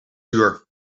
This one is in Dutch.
uur